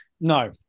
No